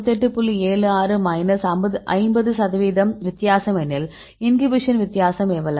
76 minus 50 சதவீத வித்தியாசம் எனில் இன்ஹிபிஷன் வித்தியாசம் எவ்வளவு